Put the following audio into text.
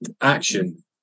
action